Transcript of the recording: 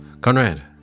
conrad